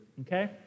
okay